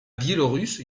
biélorusse